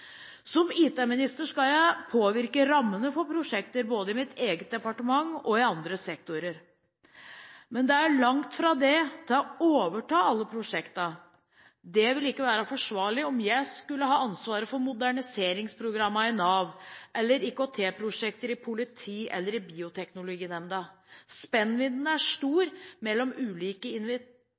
Som IT-minister skal jeg påvirke rammene for prosjekter både i mitt eget departement og i andre sektorer. Men det er langt fra dette til å overta alle prosjektene. Det vil ikke være forsvarlig om jeg skulle ha ansvaret for moderniseringsprogrammene i Nav, eller for IKT-prosjekter i politiet eller i Bioteknologinemnda. Spennvidden er stor mellom de ulike